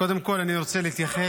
קודם כול אני רוצה להתייחס